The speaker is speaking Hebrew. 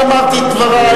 אני אמרתי את דברי.